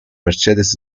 mercedes